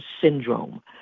syndrome